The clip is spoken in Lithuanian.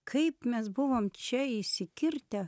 kaip mes buvom čia įsikirtę